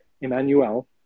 Emmanuel